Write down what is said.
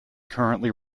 currently